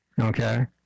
okay